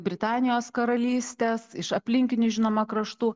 britanijos karalystės iš aplinkinių žinoma kraštų